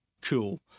cool